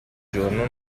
giorno